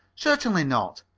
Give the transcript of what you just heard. certainly not.